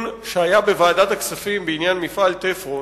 שהיה בוועדת הכספים בעניין מפעל "תפרון"